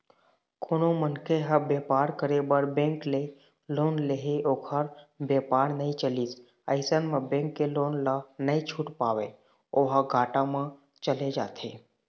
कोनो मनखे ह बेपार करे बर बेंक ले लोन ले हे ओखर बेपार नइ चलिस अइसन म बेंक के लोन ल नइ छूट पावय ओहा घाटा म चले जाथे